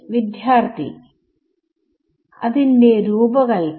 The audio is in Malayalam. വിദ്യാർത്ഥി അതിന്റെ രൂപകല്പ്ന